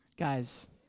Guys